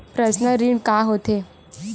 Personal ऋण का होथे?